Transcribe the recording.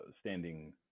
standing